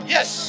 Yes